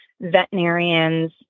veterinarians